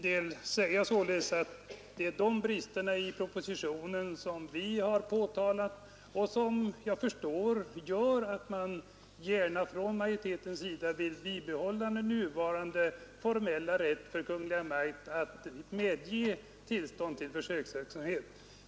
Det är de bristerna i propositionen som vi har påtalat och som — det förstår jag — gör att man från majoritetens sida gärna vill bibehålla nuvarande formella rätt för Kungl. Maj:t att medge tillstånd till försöksverksamhet.